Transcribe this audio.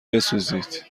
بسوزید